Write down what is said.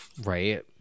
Right